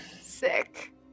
sick